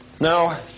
Now